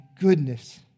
goodness